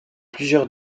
plusieurs